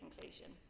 conclusion